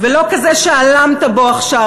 ולא כזה שהלמת בו עכשיו,